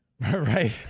Right